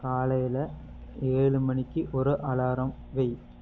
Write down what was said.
காலையில் ஏழு மணிக்கு ஒரு அலாரம் வை